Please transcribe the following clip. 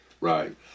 Right